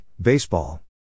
Baseball